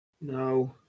No